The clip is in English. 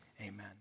amen